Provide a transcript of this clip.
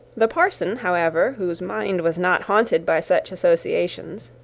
the parson, however, whose mind was not haunted by such associations,